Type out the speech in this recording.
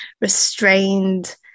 restrained